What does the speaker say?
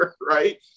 Right